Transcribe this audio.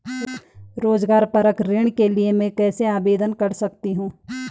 रोज़गार परक ऋण के लिए मैं कैसे आवेदन कर सकतीं हूँ?